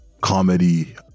comedy